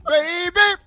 Baby